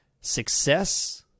Success